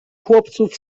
chłopców